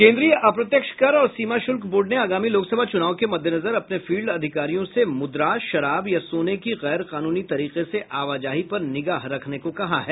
केंद्रीय अप्रत्यक्ष कर और सीमा शुल्क बोर्ड ने आगामी लोकसभा चुनाव के मद्देनजर अपने फील्ड अधिकारियों से मुद्रा शराब या सोने की गैरकानूनी तरीके से आवाजाही पर निगाह रखने को कहा है